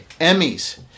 Emmys